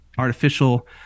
artificial